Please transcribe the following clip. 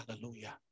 Hallelujah